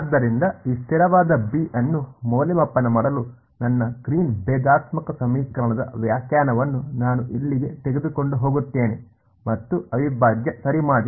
ಆದ್ದರಿಂದ ಈ ಸ್ಥಿರವಾದ ಬಿ ಅನ್ನು ಮೌಲ್ಯಮಾಪನ ಮಾಡಲು ನನ್ನ ಗ್ರೀನ್ ಭೇದಾತ್ಮಕ ಸಮೀಕರಣದ ವ್ಯಾಖ್ಯಾನವನ್ನು ನಾನು ಇಲ್ಲಿಗೆ ತೆಗೆದುಕೊಂಡು ಹೋಗುತ್ತೇನೆ ಮತ್ತು ಅವಿಭಾಜ್ಯ ಸರಿ ಮಾಡಿ